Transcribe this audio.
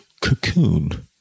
cocoon